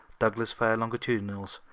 douglas fir longitudinals,